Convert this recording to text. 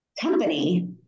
company